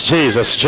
Jesus